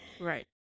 Right